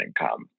income